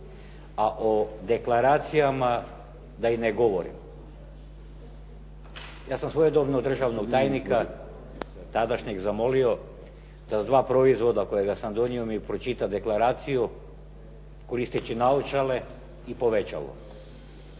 A o deklaracijama da i ne govorim. Ja sam svojedobno od državnog tajnika tadašnjeg zamolio da s dva proizvoda kojega sam donio mi pročita deklaraciju koristeći naočale i povećalo.